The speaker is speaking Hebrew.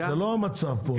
זה לא המצב פה.